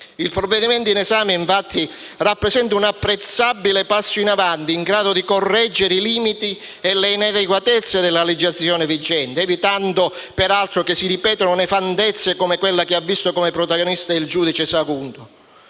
Il provvedimento all'esame, infatti, rappresenta un apprezzabile passo in avanti in grado di correggere i limiti e le inadeguatezze della legislazione vigente (evitando, peraltro che si ripetano nefandezze come quella che ha visto come protagonista il giudice Saguto),